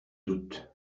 doute